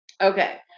Okay